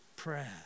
Prayer